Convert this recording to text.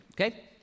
Okay